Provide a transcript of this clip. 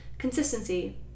consistency